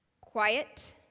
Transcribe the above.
quiet